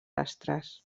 astres